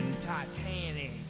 Titanic